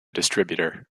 distributor